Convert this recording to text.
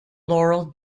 laurel